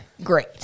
great